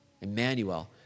Emmanuel